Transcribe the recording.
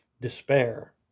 despair